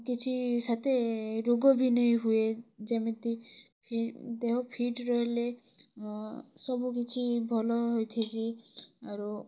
କିଛି ସେତେ ରୋଗ ବି ନେଇ ହୁଏ ଯେମିତି କି ଦେହ ଫିଟ୍ ରହିଲେ ସବୁକିଛି ଭଲ ହୋଇଥିସି ଆରୁ